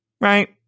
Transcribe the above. right